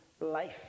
life